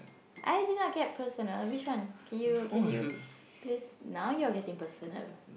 I did not get personal which one can you can you please now you're getting personal